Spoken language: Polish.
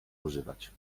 używać